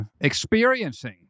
experiencing